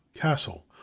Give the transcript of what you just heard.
Castle